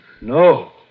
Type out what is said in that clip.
No